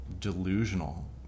delusional